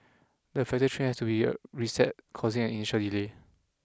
the further train has to be reset causing an initial delay